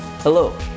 Hello